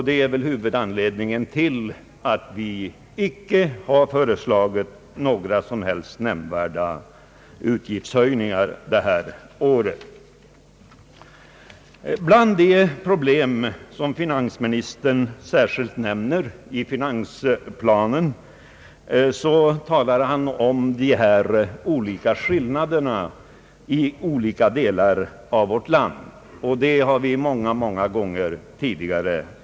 Det är väl huvudanledningen till att vi icke föreslagit några som helst nämnvärda utgiftshöjningar detta år. Ett av de problem som finansministern särskilt nämner i finansplanen är de skillnader i fråga om arbetsmöjligheter som finns i olika delar av vårt land. Det är en fråga som vi har diskuterat många gånger tidigare.